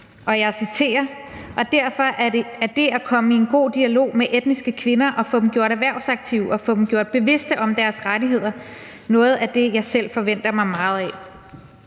Jeg citerer: »Og derfor er det at komme i en god dialog med etniske kvinder og få dem gjort erhvervsaktive og få gjort dem bevidste om deres rettigheder noget, jeg selv forventer mig meget af.«